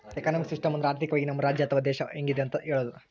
economic system ಅಂದ್ರ ಆರ್ಥಿಕವಾಗಿ ನಮ್ ರಾಜ್ಯ ಅಥವಾ ದೇಶ ಹೆಂಗಿದೆ ಅಂತ ಹೇಳೋದು